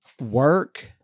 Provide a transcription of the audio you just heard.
work